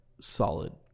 solid